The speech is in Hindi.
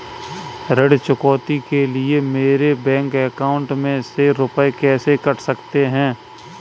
ऋण चुकौती के लिए मेरे बैंक अकाउंट में से रुपए कैसे कट सकते हैं?